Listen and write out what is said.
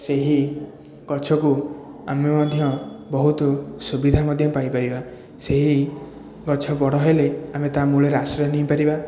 ସେହି ଗଛକୁ ଆମେ ମଧ୍ୟ ବହୁତ ସୁବିଧା ମଧ୍ୟ ପାଇପାରିବା ସେହି ଗଛ ବଡ଼ ହେଲେ ଆମେ ତା ମୂଳରେ ଆଶ୍ରୟ ନେଇ ପାରିବା